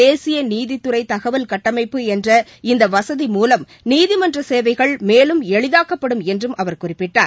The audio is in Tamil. தேசிய நீதித்துறை தகவல் கட்டமைப்பு என்ற இந்த வசதி மூலம் நீதிமன்ற சேவைகள் மேலும் எளிதாக்கப்படும் என்றும் அவர் குறிப்பிட்டார்